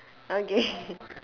okay